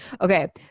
okay